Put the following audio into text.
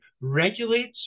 regulates